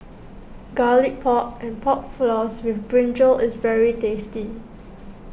Garlic Pork and Pork Floss with Brinjal is very tasty